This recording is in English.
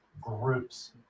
groups